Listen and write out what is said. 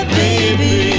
baby